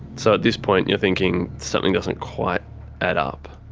so at this point you're thinking, something doesn't quite add up.